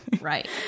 Right